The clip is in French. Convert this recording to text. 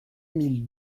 mille